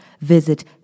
visit